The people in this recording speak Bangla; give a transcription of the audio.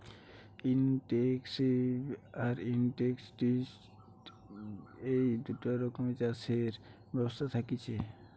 ইনটেনসিভ আর এক্সটেন্সিভ এই দুটা রকমের চাষের ব্যবস্থা থাকতিছে